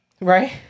Right